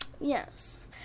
Yes